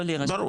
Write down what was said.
לא להירשם,